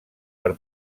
per